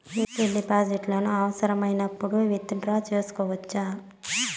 ఈ డిపాజిట్లను అవసరమైనప్పుడు విత్ డ్రా సేసుకోవచ్చా?